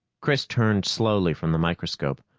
chris turned slowly from the microscope,